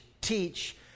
teach